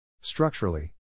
Structurally